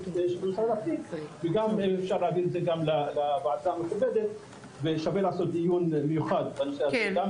של משרד הפנים וגם לוועדה המכובדת ושווה לעשות דיון מיוחד בנושא הזה.